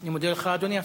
אני מודה לך, אדוני.